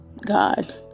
God